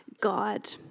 God